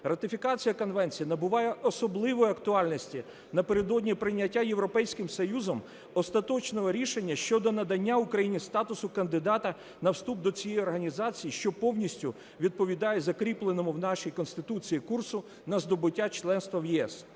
Ратифікація Конвенції набуває особливої актуальності напередодні прийняття Європейським Союзом остаточного рішення щодо надання Україні статусу кандидата на вступ до цієї організації, що повністю відповідає закріпленому в нашій Конституції курсу на здобуття членства в ЄС.